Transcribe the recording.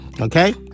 okay